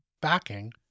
backing